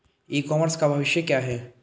ई commerce का भविष्य क्या है?